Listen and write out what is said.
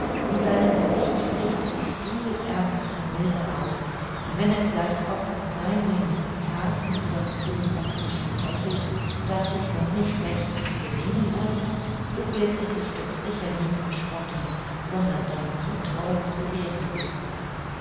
in seinem gesicht spricht sich viel ernst und milde aus und wenn er vielleicht auch ein klein wenig im herzen über das junge backfischchen lächelt das sich noch nicht recht zu benehmen weiß so wird er dich doch sicher nie verspotten sondern dein zutrauen zu ehren wissen